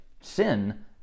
sin